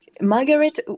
Margaret